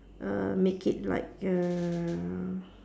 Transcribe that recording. uh make it like err